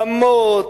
רמות,